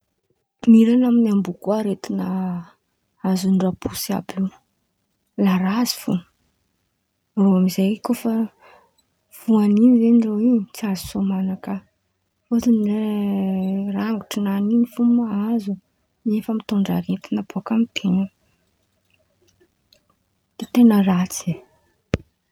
Miran̈a amy amboa koa aretin̈a mpahazo rabosy àby io, la razy fo. Irô amy zay kô fa voan̈'in̈y zen̈y irô io in̈y tsy azo sômain̈a ka, fôtony rangotron̈any fo mahazo in̈y efa mitôndra aretin̈y baka amy ten̈a, de ten̈a ratsy zen̈y.